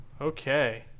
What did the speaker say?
okay